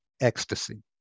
ecstasy